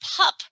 pup